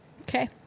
Okay